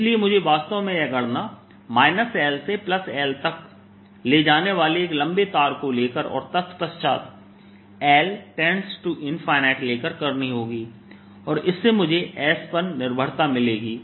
इसलिए मुझे वास्तव में यह गणना L से L तक जाने वाले एक लंबे तार को लेकर और तत्पश्चात L लेकर करनी होगी और इससे मुझे s पर निर्भरता मिलेगी